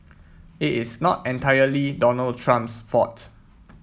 it is not entirely Donald Trump's fault